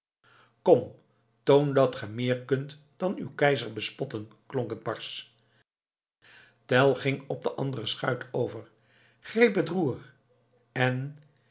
kom toon dat ge meer kunt dan uw keizer bespotten klonk het barsch tell ging op de andere schuit over greep het roer en